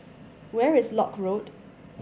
where is Lock Road